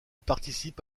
participe